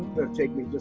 take me